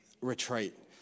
retreat